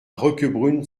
roquebrune